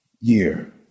year